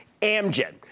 Amgen